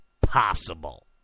possible